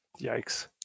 Yikes